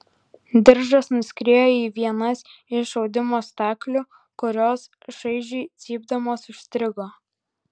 diržas nuskriejo į vienas iš audimo staklių kurios šaižiai cypdamos užstrigo